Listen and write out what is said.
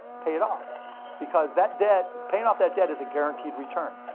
pay it off because that debt, paying off that debt is a guaranteed return.